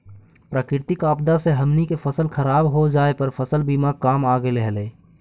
प्राकृतिक आपदा से हमनी के फसल खराब हो जाए पर फसल बीमा काम आ गेले हलई